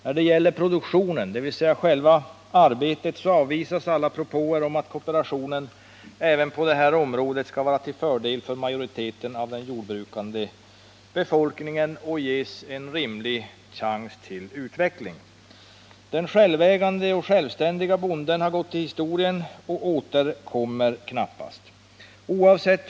När det gäller produktionen, själva arbetet, avvisas alla propåer om att kooperationen även på detta område skulle vara till fördel för majoriteten av den jordbrukande befolkningen och skall ges en rimlig chans till utveckling. ”Den självägande och självständige bonden” har gått till historien och återkommer aldrig.